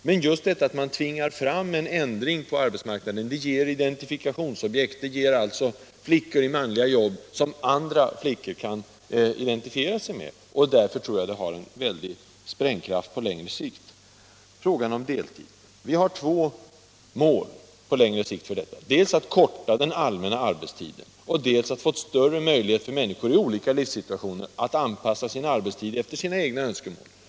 Men om man med en lagstiftning tvingar fram en jämnare fördelning av jobben, ger det identifikationsobjekt — flickor i manliga jobb, som andra flickor kan identifiera sig med — och därför tror jag att det kan ha en stor sprängkraft. När det gäller arbetstiden har vi på längre sikt två mål, dels att korta ned den allmänna arbetstiden, dels att få större möjligheter för människor i olika livssituationer att anpassa sin arbetstid efter sina egna önskemål.